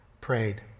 prayed